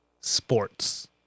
sports